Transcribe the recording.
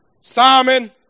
Simon